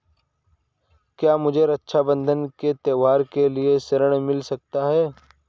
क्या मुझे रक्षाबंधन के त्योहार के लिए ऋण मिल सकता है?